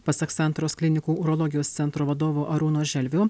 pasak santaros klinikų urologijos centro vadovo arūno želvio